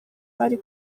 bari